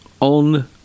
on